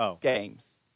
games